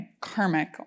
karmic